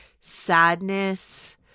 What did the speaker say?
sadness